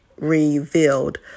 revealed